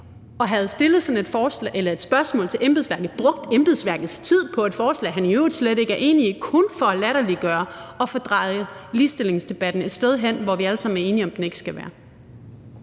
og havde stillet sådan et spørgsmål til embedsværket og brugt embedsværkets tid på et forslag, som han i øvrigt slet ikke er enig i, kun for at latterliggøre og få drejet ligestillingsdebatten et sted hen, hvor vi alle sammen er enige om at den ikke skal være.